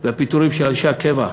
והפיטורים של אנשי קבע,